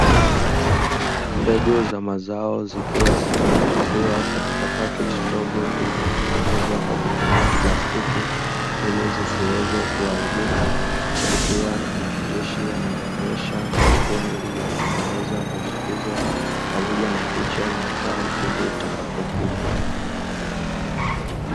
Mbegu za mazao zikiwa zimehifadhiwa katika paketi ndogo iliyotengenezwa kwa kutumia plastiki, ili zisiweze kuharibika kukiwa na maandishi yanayoonyesha kampuni iliyotengeneza pamoja na picha ya mazao itakapokuwa.